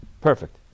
Perfect